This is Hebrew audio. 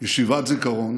ישיבת זיכרון,